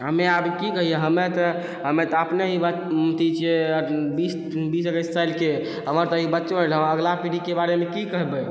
हमे आब की कहिए हमे तऽ अपने अथी छिए बीस एकैस सालके हमर तऽ ई बच्चो रहब अगिला पीढ़ीके बारेमे की कहबै